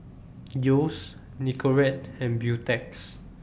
Yeo's Nicorette and Beautex